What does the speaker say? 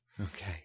Okay